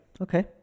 Okay